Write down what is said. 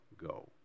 go